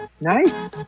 Nice